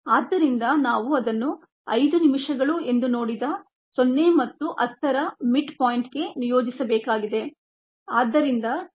ಆದ್ದರಿಂದ ನಾವು ಅದನ್ನು 5 ನಿಮಿಷಗಳು ಎಂದು ನೋಡಿದ 0 ಮತ್ತು 10 ರ ಮಿಡ್ ಪಾಯಿಂಟ್ಗೆ ನಿಯೋಜಿಸಬೇಕಾಗಿದೆ